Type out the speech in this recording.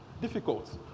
difficult